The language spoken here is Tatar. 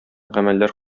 гамәлләр